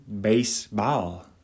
Baseball